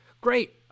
great